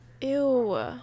Ew